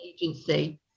agency